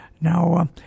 Now